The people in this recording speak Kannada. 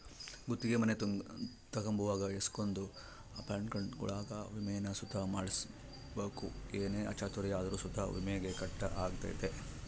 ಗುತ್ತಿಗೆ ಮನೆ ತಗಂಬುವಾಗ ಏಸಕೊಂದು ಅಪಾರ್ಟ್ಮೆಂಟ್ಗುಳಾಗ ವಿಮೇನ ಸುತ ಮಾಡ್ಸಿರ್ಬಕು ಏನೇ ಅಚಾತುರ್ಯ ಆದ್ರೂ ಸುತ ವಿಮೇಗ ಕಟ್ ಆಗ್ತತೆ